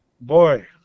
boy